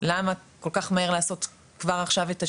למה כל כך מהר לעשות כבר עכשיו את השינוי?